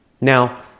Now